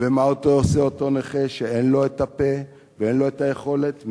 ומה עושה אותו נכה שאין לו הפה ואין לו היכולת,